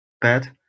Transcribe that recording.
bad